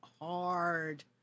hard